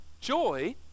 joy